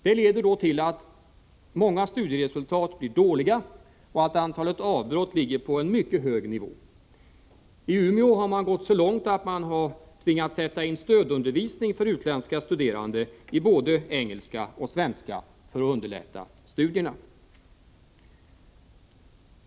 Det leder till att många 47 studieresultat blir dåliga och att antalet avbrott ligger på en mycket hög nivå. I Umeå har man tvingats gå så långt att man för utländska studerande har satt in stödundervisning i både engelska och svenska för att underlätta för dem i deras studier.